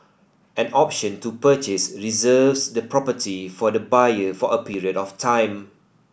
an option to purchase reserves the property for the buyer for a period of time